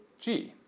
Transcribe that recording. g.